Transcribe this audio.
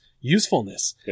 usefulness